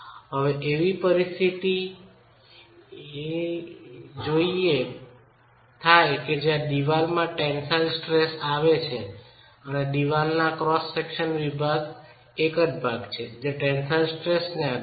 હવે એવી પરિસ્થિતિ ધારણ થાય કે જ્યાં દિવાલ ટેન્સાઇલ સ્ટ્રેસમાં આવે છે દિવાલના ક્રોસ વિભાગનો એક ભાગ છે જે ટેન્સાઇલ સ્ટ્રેસને આધિન છે